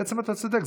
בעצם אתה צודק,